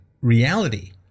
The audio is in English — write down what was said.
reality